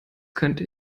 könnte